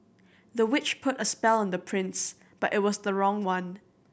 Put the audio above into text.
the witch put a spell on the prince but it was the wrong one